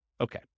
Okay